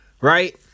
Right